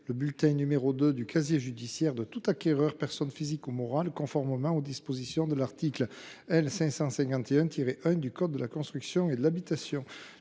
le bulletin n° 2 du casier judiciaire de tout acquéreur, personne physique ou morale, conformément aux dispositions de l’article L. 551 1 du code de la construction et de l’habitation.